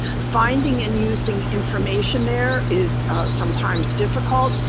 finding and using information there is sometimes difficult,